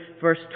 verse